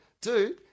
dude